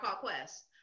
quest